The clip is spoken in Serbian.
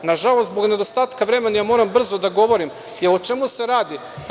Nažalost, zbog nedostatka vremena ja moram brzo da govorim, jer, o čemu se radi?